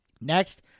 Next